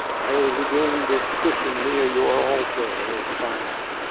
i'll regain this cushion near your altar, o fire!